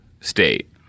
state